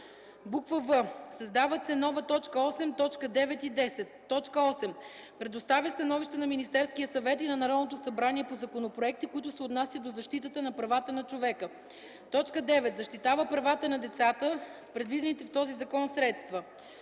в) създават се нова т. 8 и т. 9 и 10: „8. предоставя становища на Министерския съвет и на Народното събрание по законопроекти, които се отнасят до защитата на правата на човека; 9. защитава правата на децата с предвидените в този закон средства;